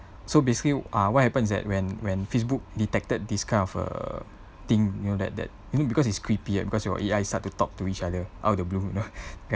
so basically ah what happens is that when when facebook detected this kind of err thing you know that that you know because it's creepy because your A_I start to talk to each other out of the blue you know